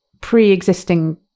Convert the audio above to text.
pre-existing